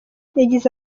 yagize